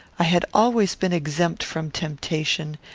i had always been exempt from temptation,